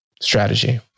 strategy